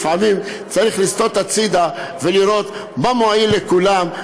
לפעמים צריך לסטות הצדה ולראות מה מועיל לכולם,